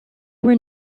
were